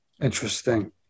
interesting